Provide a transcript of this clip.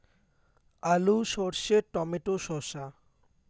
আলু সর্ষে টমেটো শসা